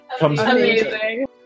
Amazing